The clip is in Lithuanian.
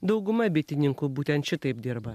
dauguma bitininkų būtent šitaip dirba